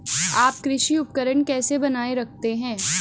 आप कृषि उपकरण कैसे बनाए रखते हैं?